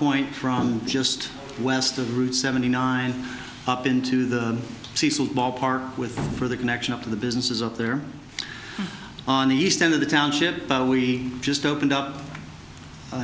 point from just west of route seventy nine up into the ballpark with for the connection up to the businesses up there on the east end of the township we just opened up